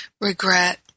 regret